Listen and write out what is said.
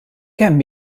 kemm